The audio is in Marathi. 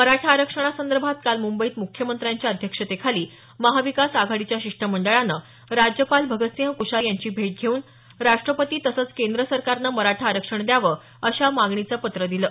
मराठा आरक्षणासंदर्भात काल मुंबईत मुख्यमंत्र्यांच्या अध्यक्षतेखाली महाविकास आघाडीच्या शिष्टमंडळानं राज्यपाल भगतसिंह कोश्यारी यांची भेट घेऊन राष्ट्रपती तसंच केंद्र सरकारने मराठा आरक्षण द्यावं अशा मागणीचं पत्र दिलं